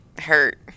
hurt